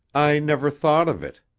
i never thought of it.